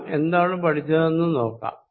നാം എന്താണ് പഠിച്ചതെന്ന് നോക്കാം